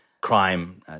crime